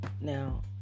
now